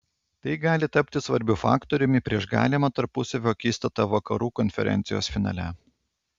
tai gali tapti svarbiu faktoriumi prieš galimą tarpusavio akistatą vakarų konferencijos finale